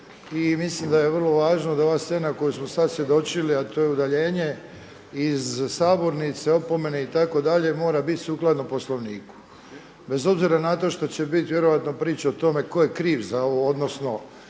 i mislim da je vrlo važno da ova scena kojoj smo sada svjedočili, a to je udaljenje iz sabornice, opomene itd. mora biti sukladno Poslovniku. Bez obzira na to što će vjerojatno biti priče o tome koje kriv za ovo odnosno